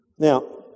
Now